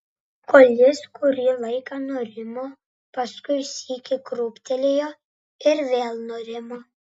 kol jis kurį laiką nurimo paskui sykį krūptelėjo ir vėl nurimo